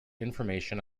information